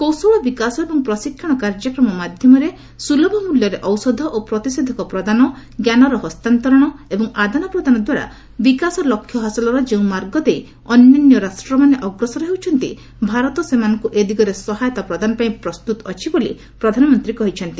କୌଶଳ ବିକାଶ ଏବଂ ପ୍ରଶିକ୍ଷଣ କାର୍ଯ୍ୟକ୍ରମ ମାଧ୍ୟମରେ ସୁଲଭ ମୂଲ୍ୟରେ ଔଷଧ ଓ ପ୍ରତିଷେଧକ ପ୍ରଦାନ ଜ୍ଞାନର ହସ୍ତାନ୍ତରଣ ଏବଂ ଆଦାନପ୍ରଦାନ ଦ୍ୱାରା ବିକାଶ ଲକ୍ଷ୍ୟ ହାସଲର ଯେଉଁ ମାର୍ଗ ଦେଇ ଅନ୍ୟାନ୍ୟ ରାଷ୍ଟ୍ରମାନେ ଅଗ୍ରସର ହେଉଛନ୍ତି ଭାରତ ସେମାନଙ୍କୁ ଏ ଦିଗରେ ସହାୟତା ପ୍ରଦାନ ପାଇଁ ପ୍ରସ୍ତୁତ ଅଛି ବୋଲି ପ୍ରଧାନମନ୍ତ୍ରୀ କହିଛନ୍ତି